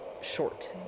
short